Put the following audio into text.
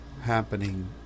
happening